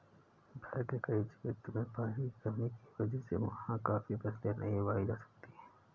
भारत के कई क्षेत्रों में पानी की कमी की वजह से वहाँ पर काफी फसलें नहीं उगाई जा सकती